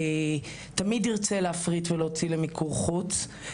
תמיד ירצה להפריט ולהוציא למיקור חוץ.